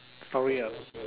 story ah